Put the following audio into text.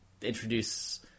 introduce